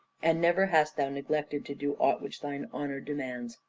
and never hast thou neglected to do aught which thine honour demands.